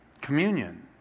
communion